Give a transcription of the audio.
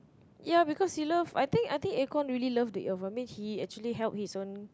ya because he love I think I think acorn really love the environment he actually help his own